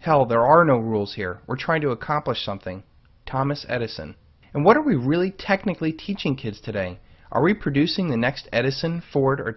how there are no rules here we're trying to accomplish something thomas edison and what are we really technically teaching kids today are we producing the next edison ford or